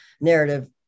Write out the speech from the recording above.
narrative